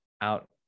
out